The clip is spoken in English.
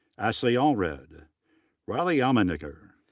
ashley allred. riley almendinger.